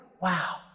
Wow